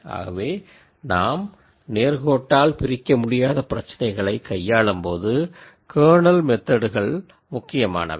ஆகவே நாம் linearly nonseparable பிரச்சினைகளை கையாளும்போது கர்னல் மெத்தட்கள் முக்கியமானவை